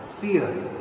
Fear